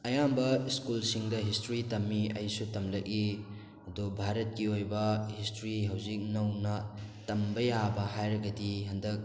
ꯑꯌꯥꯝꯕ ꯁ꯭ꯀꯨꯜꯁꯤꯡꯗ ꯍꯤꯁꯇ꯭ꯔꯤ ꯇꯝꯃꯤ ꯑꯩꯁꯨ ꯇꯝꯂꯛꯏ ꯑꯗꯣ ꯚꯥꯔꯠꯀꯤ ꯑꯣꯏꯕ ꯍꯤꯁꯇ꯭ꯔꯤ ꯍꯧꯖꯤꯛ ꯅꯧꯅ ꯇꯝꯕ ꯌꯥꯕ ꯍꯥꯏꯔꯒꯗꯤ ꯍꯟꯗꯛ